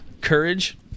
courage